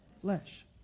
Flesh